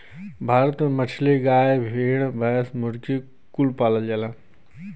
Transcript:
भारत में मछली, गाय, भेड़, भैंस, मुर्गी कुल पालल जाला